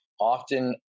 often